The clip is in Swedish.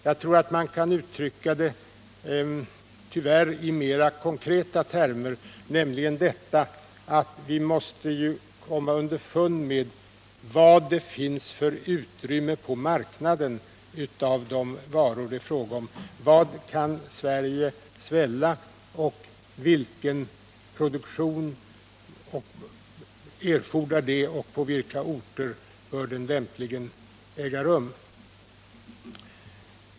Jag tror att man tyvärr kan uttrycka det i mer konkreta termer, nämligen att vi måste komma underfund med vad det finns för utrymme på marknaden för de varor det är fråga om: Vad kan Sverige svälja, vilken produktion erfordrar det och på vilka orter bör den lämpligen äga rum?